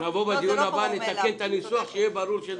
בדיון הבא נתקן את הניסוח כך שהוא יהיה ברור.